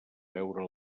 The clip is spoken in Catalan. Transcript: veure